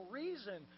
reason